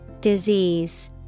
Disease